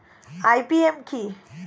IPM কি?